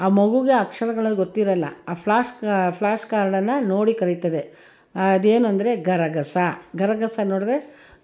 ಆ ಮಗುಗೆ ಅಕ್ಷರಗಳು ಗೊತ್ತಿರೋಲ್ಲ ಆ ಫ್ಲ್ಯಾಶ್ ಕ ಫ್ಲ್ಯಾಶ್ ಕಾರ್ಡನ್ನು ನೋಡಿ ಕಲಿತದೆ ಅದು ಏನು ಅಂದರೆ ಗರಗಸ ಗರಗಸ ನೋಡಿದರೆ